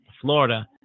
Florida